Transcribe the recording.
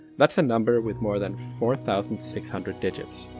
that's a number with more than four thousand six hundred digits.